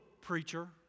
preacher